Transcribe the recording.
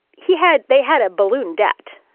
he had they had a balloon debt.